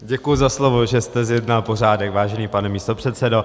Děkuji za slovo, že jste zjednal pořádek, vážený pane místopředsedo.